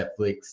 Netflix